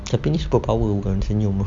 tapi ni superpower bukan senyum ah